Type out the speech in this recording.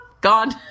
gone